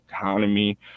economy